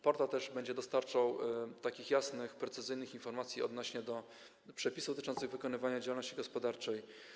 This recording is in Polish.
Portal będzie też dostarczał jasnych, precyzyjnych informacji odnośnie do przepisów dotyczących wykonywania działalności gospodarczej.